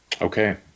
Okay